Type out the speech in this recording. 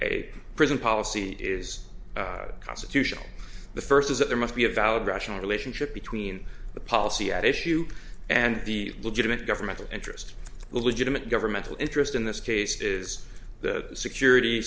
a prison policy is constitutional the first is that there must be a valid rational relationship between the policy at issue and the legitimate government of interest the legitimate governmental interest in this case is the security